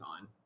on